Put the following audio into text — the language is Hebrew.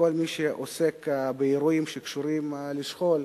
וכל מי שעוסק באירועים שקשורים לשכול,